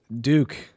Duke